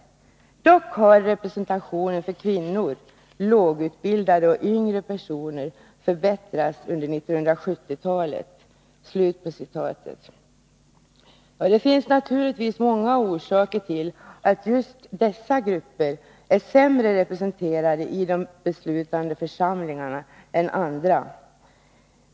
Dock har representationen för kvinnor, lågutbildade och yngre personer förbättrats under 1970-talet.” Det finns naturligtvis många orsaker till att just dessa grupper är sämre representerade i de beslutande församlingarna än andra.